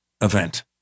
event